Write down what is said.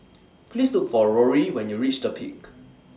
Please Look For Rory when YOU REACH The Peak